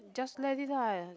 just left it lah